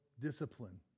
discipline